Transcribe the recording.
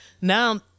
now